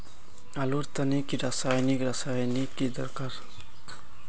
आलूर तने की रासायनिक रासायनिक की दरकार?